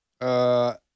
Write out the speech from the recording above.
-uh